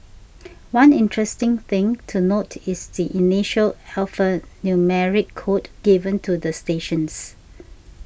one interesting thing to note is the initial alphanumeric code given to the stations